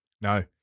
No